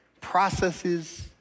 processes